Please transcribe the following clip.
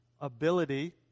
ability